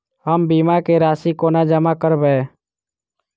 हम बीमा केँ राशि कोना जमा करबै?